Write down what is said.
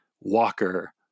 walker